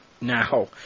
Now